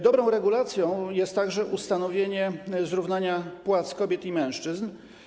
Dobrą regulacją jest także ustanowienie zrównania płac kobiet i mężczyzn.